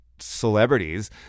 celebrities